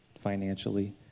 financially